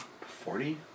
Forty